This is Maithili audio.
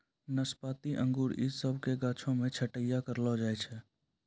नाशपाती अंगूर इ सभ के गाछो के छट्टैय्या करलो जाय छै